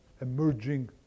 emerging